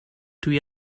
dwi